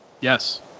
Yes